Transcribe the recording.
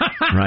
Right